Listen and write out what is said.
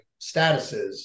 statuses